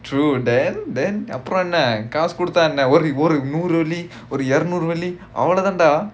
true that then அப்புறம் என்ன காசு குடுத்த என்ன ஒரு ஒரு நூறு வெள்ளி ஒரு இருநூறு வெள்ளி அவ்ளோ தாண்ட:appuram enna kaasu kudutha enna oru oru nooru velli oru iranooru velli avlo thaanda